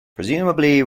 presumably